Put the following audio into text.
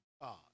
God